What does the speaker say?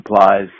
supplies